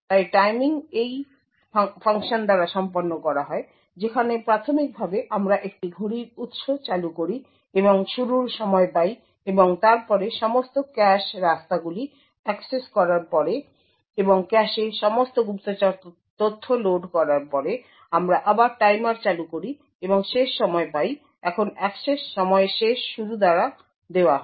তাই টাইমিং এই ফাংশন দ্বারা সম্পন্ন করা হয় যেখানে প্রাথমিকভাবে আমরা একটি ঘড়ির উত্স চালু করি এবং শুরুর সময় পাই এবং তারপরে সমস্ত ক্যাশ রাস্তাগুলি অ্যাক্সেস করার পরে এবং ক্যাশে সমস্ত গুপ্তচর তথ্য লোড করার পরে আমরা আবার টাইমার চালু করি এবং শেষ সময় পাই এখন অ্যাক্সেস সময় শেষ শুরু দ্বারা দেওয়া হয়